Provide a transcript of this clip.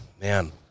man